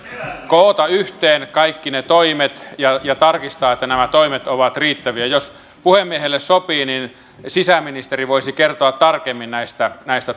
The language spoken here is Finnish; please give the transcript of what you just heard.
koota yhteen kaikki ne toimet ja ja tarkistaa että nämä toimet ovat riittäviä jos puhemiehelle sopii niin sisäministeri voisi kertoa tarkemmin näistä